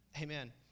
Amen